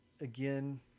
again